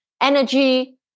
energy